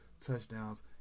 touchdowns